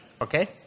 okay